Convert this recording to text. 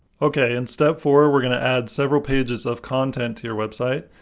okay, in step four, we're going to add several pages of content to your website.